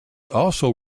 also